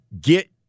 get